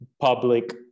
public